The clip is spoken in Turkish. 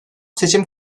seçim